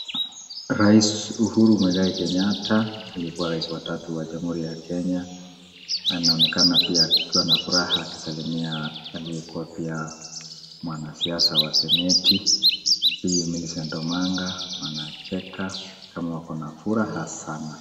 Rais Uhuru Muigai Kenyatta, alikuwa rais wa tatu wa Jamhuri ya Kenya, anaonekana pia akiwa na furaha akisalimia aliyekuwa pia mwanasiasa wa seneti, Bi. Millicent Omanga, wanacheka kama wako na furaha sana.